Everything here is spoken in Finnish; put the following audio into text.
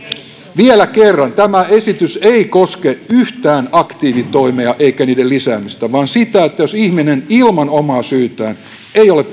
vielä kerran tämä esitys ei koske yhtään aktiivitoimea eikä niiden lisäämistä vaan sitä että jos ihminen ilman omaa syytään ei ole